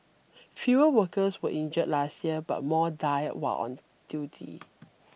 fewer workers were injured last year but more died while on duty